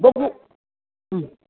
बहु